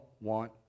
want